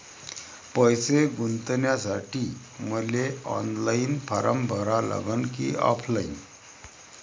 पैसे गुंतन्यासाठी मले ऑनलाईन फारम भरा लागन की ऑफलाईन?